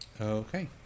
Okay